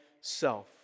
self